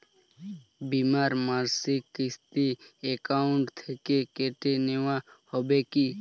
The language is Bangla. বিমার মাসিক কিস্তি অ্যাকাউন্ট থেকে কেটে নেওয়া হবে কি?